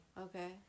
Okay